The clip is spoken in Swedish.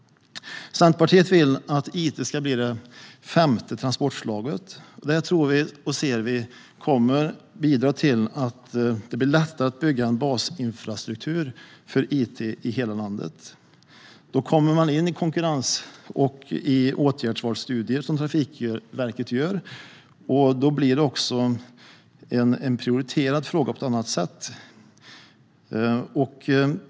Centerpartiet vill att it ska bli det femte transportslaget. Det tror vi kommer att bidra till att det blir lättare att bygga en basinfrastruktur för it i hela landet. Då kommer man in på konkurrens och åtgärdsvalsstudier som Trafikverket gör, och då blir det också en prioriterad fråga på ett annat sätt.